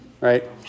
right